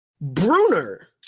Bruner